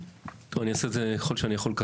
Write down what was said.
אני אעשה את זה קצר ככל שאוכל.